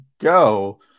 go